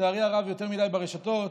לצערי הרב יותר מדי, ברשתות,